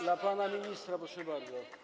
Dla pana ministra, proszę bardzo.